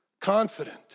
confident